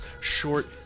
Short